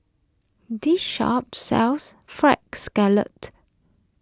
this shop sells Fried Scallop